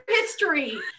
history